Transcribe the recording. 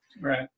Right